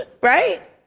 right